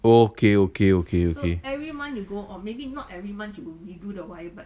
okay okay okay okay